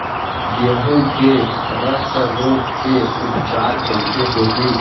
गेहूँ के रस्ट रोग के उपचार कइसे होही?